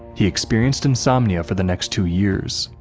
he experienced insomnia for the next two years,